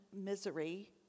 misery